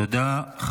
תודה.